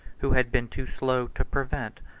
who had been too slow to prevent,